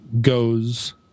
goes